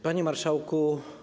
Panie Marszałku!